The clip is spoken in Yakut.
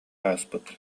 ааспыт